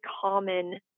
common